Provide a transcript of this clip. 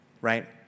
right